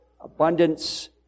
Abundance